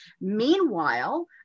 Meanwhile